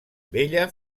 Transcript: bella